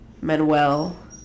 Manuel